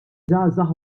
żgħażagħ